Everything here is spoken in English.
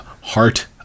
Heart